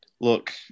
look